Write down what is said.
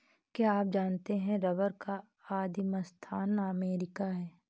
क्या आप जानते है रबर का आदिमस्थान अमरीका है?